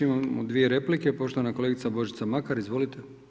Imamo dvije replike, poštovana kolegica Božica Makar, izvolite.